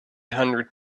hundred